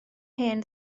hen